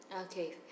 Okay